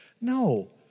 No